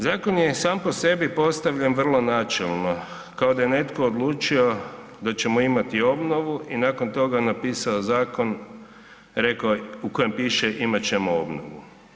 Zakon je sam po sebi postavljen vrlo načelno, kao da je netko odlučio da ćemo imati obnovu i nakon toga napisao zakon u kojem piše imat ćemo obnovu.